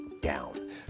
down